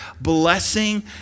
blessing